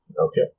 Okay